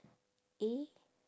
A